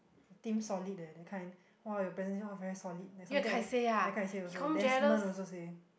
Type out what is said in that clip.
team solid leh that kind !wow! your presentation all very solid like something like that they come and say also Desmond also say